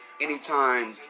anytime